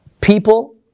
people